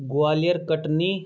Gwalior Katni